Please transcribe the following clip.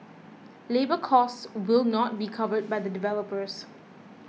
labour cost will not be covered by the developers